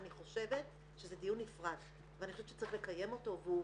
אני חושבת שזה דיון נפרד ואני חושבת שצריך לקיים אותו והוא